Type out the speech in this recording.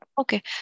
okay